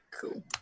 Cool